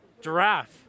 Giraffe